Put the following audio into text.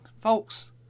folks